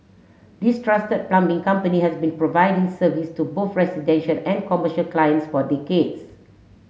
this trusted plumbing company has been providing service to both residential and commercial clients for decades